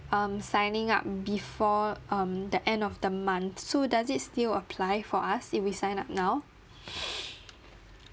um signing up before um the end of the month so does it still apply for us if we sign up now